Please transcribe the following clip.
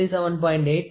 8973 to 57